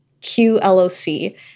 QLOC